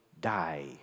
die